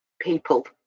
people